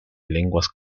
lenguas